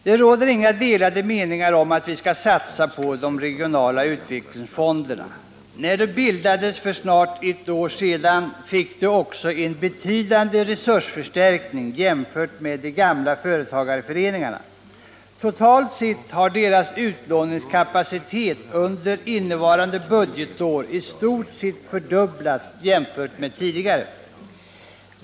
Det råder inga delade meningar om att vi skall satsa på de regionala utvecklingsfonderna. När de bildades för snart ett år sedan fick de också en betydande resursförstärkning jämfört med de gamla företagarföreningarna. Totalt sett har deras utlåningskapacitet under innevarande budgetår i stort sett fördubblats jämfört med tidigare.